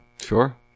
Sure